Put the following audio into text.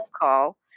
call